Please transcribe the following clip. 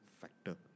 factor